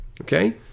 Okay